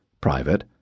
private